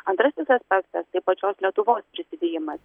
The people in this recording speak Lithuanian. antrasis aspektas tai pačios lietuvos prisidėjimas